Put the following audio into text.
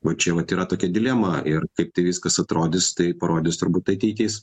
vat čia vat yra tokia dilema ir kaip tai viskas atrodys tai parodys turbūt ateitis